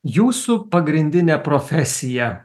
jūsų pagrindinė profesija